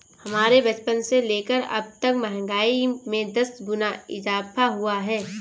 हमारे बचपन से लेकर अबतक महंगाई में दस गुना इजाफा हुआ है